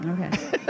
Okay